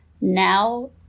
Now